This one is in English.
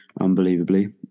unbelievably